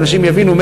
שאנשים יבינו,